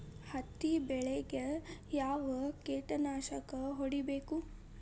ಹತ್ತಿ ಬೆಳೇಗ್ ಯಾವ್ ಕೇಟನಾಶಕ ಹೋಡಿಬೇಕು?